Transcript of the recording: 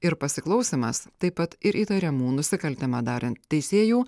ir pasiklausymas taip pat ir įtariamų nusikaltimą darant teisėjų